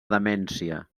demència